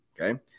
okay